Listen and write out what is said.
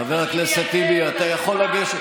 חבר הכנסת טיבי, אתה יכול לגשת